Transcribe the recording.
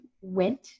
went